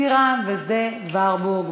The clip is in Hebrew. טירה שדה-ורבורג.